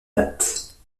date